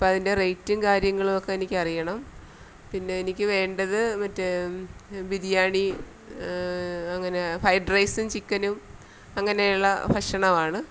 അപ്പോള് അതിന്റെ റേയ്റ്റും കാര്യങ്ങളുമൊക്കെ എനിക്കറിയണം പിന്നെ എനിക്ക് വേണ്ടത് മറ്റെ ബിരിയാണി അങ്ങനെ ഫൈഡ് റൈസും ചിക്കനും അങ്ങനെയൊള്ള ഭക്ഷണമാണ്